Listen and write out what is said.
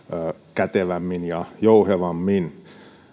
kätevämmin ja jouhevammin